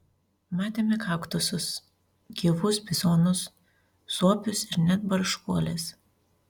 matėme kaktusus gyvus bizonus suopius ir net barškuoles